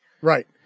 Right